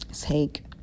take